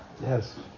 Yes